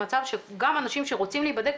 למצב שגם אנשים שרוצים להיבדק,